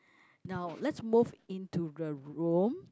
now let's move into the room